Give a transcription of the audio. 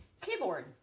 keyboard